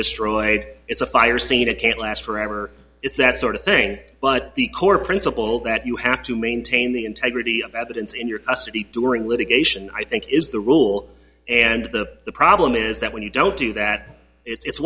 destroyed it's a fire scene it can't last forever it's that sort of thing but the core principle that you have to maintain the integrity of the evidence in your custody during litigation i think is the rule and the problem is that when you don't do that it's